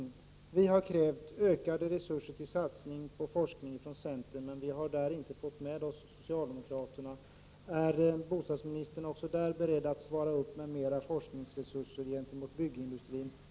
Vi i centern har krävt ökade resurser för satsningar på forskningen. Men vi har inte fått med oss socialdemokraterna. Är bostadsministern också där beredd att svara för mer av forskningsresurser gentemot byggindustrin?